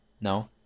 No